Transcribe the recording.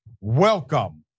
welcome